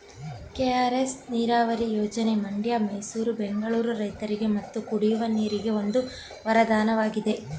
KRS ನೀರವರಿ ಯೋಜನೆ ಮಂಡ್ಯ ಮೈಸೂರು ಬೆಂಗಳೂರು ರೈತರಿಗೆ ಮತ್ತು ಕುಡಿಯುವ ನೀರಿಗೆ ಒಂದು ವರದಾನವಾಗಿದೆ